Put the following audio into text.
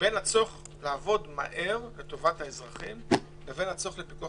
בין הצורך לעבוד מהר לטובת האזרחים לבין הצורך לפיקוח